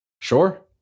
Sure